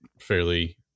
fairly